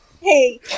Hey